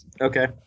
Okay